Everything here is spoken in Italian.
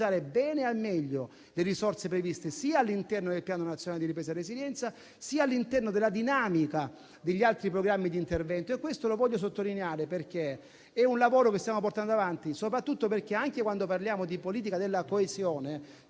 bene e al meglio le risorse previste sia all'interno del Piano nazionale di ripresa e resilienza, sia all'interno della dinamica degli altri programmi di intervento. Questo lo voglio sottolineare, perché è un lavoro che stiamo portando avanti soprattutto perché anche quando parliamo di politica della coesione,